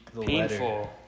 painful